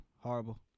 Horrible